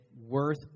worth